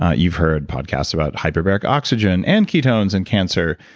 ah you've heard podcasts about hyperbaric oxygen, and ketones, and cancer.